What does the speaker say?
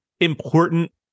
important